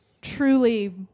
truly